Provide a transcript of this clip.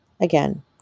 Again